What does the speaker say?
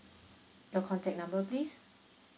your contact number please